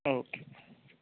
okay